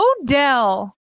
Odell